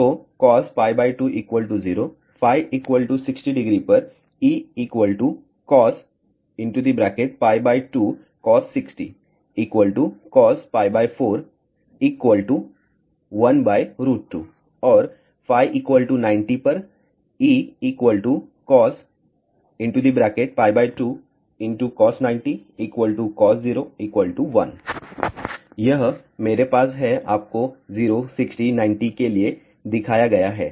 तो cos π 2 0 φ 600 पर Ecos2cos60 cos412 और यह मेरे पास है आपको 0 60 90 के लिए दिखाया गया है